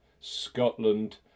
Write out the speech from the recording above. Scotland